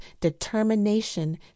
determination